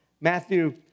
Matthew